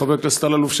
חבר הכנסת אלאלוף,